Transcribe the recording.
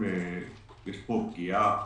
יש פה פגיעה